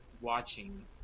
watching